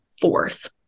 fourth